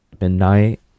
midnight